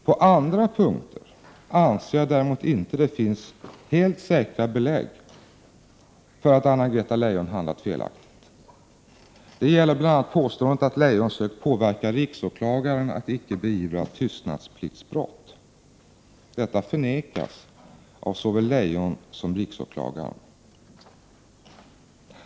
På andra punkter anser jag däremot inte att det finns helt säkra belägg för att Anna-Greta Leijon handlat felaktigt. Det gäller bl.a. påståendet att Leijon sökt påverka riksåklagaren att icke beivra tystnadspliktsbrott. Detta förnekas av såväl Leijon som riksåklagaren.